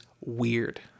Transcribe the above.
weird